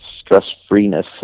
stress-freeness